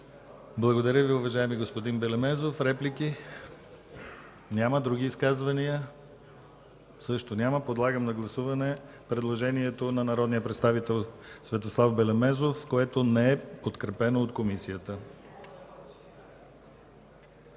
Благодаря Ви, уважаеми господин Белемезов. Реплики? Няма. Други изказвания? Също няма. Подлагам на гласуване предложението на народния представител Светослав Белемезов, което не е подкрепено от Комисията.